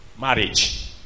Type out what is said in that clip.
marriage